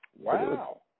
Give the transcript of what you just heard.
Wow